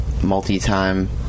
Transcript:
multi-time